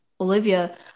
Olivia